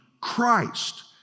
Christ